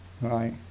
Right